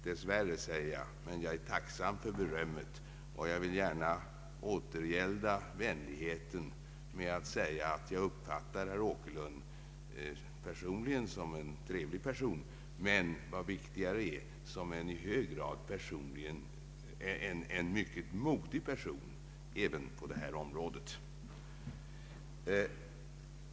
Dess värre, säger jag, men jag är tacksam för berömmet och jag vill gärna återgälda vänligheten med att säga att jag uppfattar herr Åkerlund personligen som en trevlig person, och — vad viktigare är — som en i hög grad modig person även på det här området.